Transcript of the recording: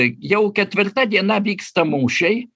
jau ketvirta diena vyksta mūšiai